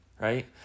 Right